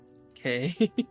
Okay